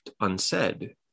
unsaid